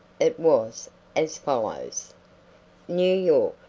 it was as follows new york,